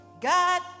God